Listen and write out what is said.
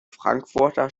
frankfurter